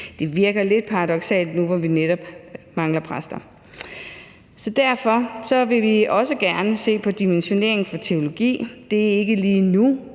Det virker lidt paradoksalt, nu hvor vi netop mangler præster. Derfor vil vi også gerne se på dimensioneringen for teologi. Det er ikke lige nu,